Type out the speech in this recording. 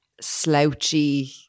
slouchy